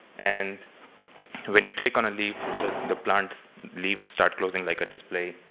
and when you click on a leaf, the the plant's leaves start closing like a display.